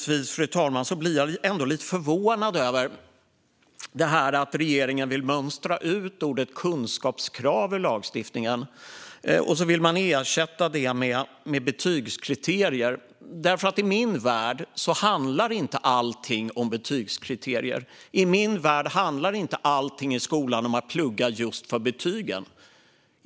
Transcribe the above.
Fru talman! Jag blir ändå lite förvånad över att regeringen vill mönstra ut ordet kunskapskrav ur lagstiftningen. Man vill ersätta ordet med betygskriterier. I min värld handlar inte allt om betygskriterier. I min värld handlar inte allt i skolan om att plugga just för betygen.